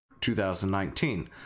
2019